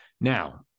Now